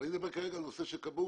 אבל אני מדבר כרגע על נושא כבאות.